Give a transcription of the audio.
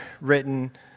written